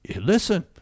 listen